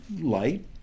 Light